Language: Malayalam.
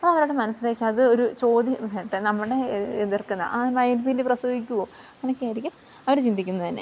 അവരുടെ മനസ്സിലേക്കത് ഒരു ചോദിക്കട്ടെ നമ്മളെ എ എതിർക്കുന്ന ആ മയിൽപ്പീലി പ്രസവിക്കുമോ അങ്ങനെയൊക്കെയായിരിക്കും അവർ ചിന്തിക്കുന്നതു തന്നെ